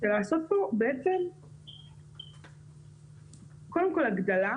לעשות פה קודם כל הגדלה